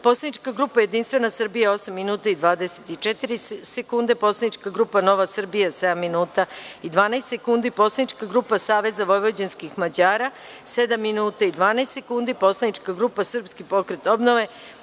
Poslanička grupa Jedinstvena Srbija – 8 minuta i 24 sekunde; Poslanička grupa Nova Srbija – 7 minuta i 12 sekundi; Poslanička grupa Savez vojvođanskih Mađara – 7 minuta i 12 sekundi; Poslanička grupa Srpski pokret obnove,